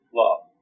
love